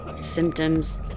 symptoms